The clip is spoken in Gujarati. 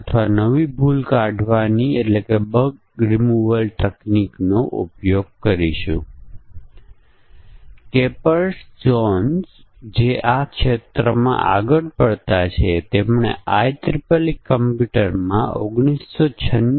આપણે ત્રણ સંયુક્ત પરીક્ષણ તકનીકો જોશું નિર્ણય ટેબલ આધારિત પરીક્ષણ કારણ અસર ગ્રાફિંગ અને જોડી મુજબ પરીક્ષણ